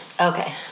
Okay